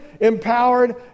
empowered